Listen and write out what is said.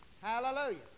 hallelujah